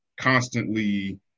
constantly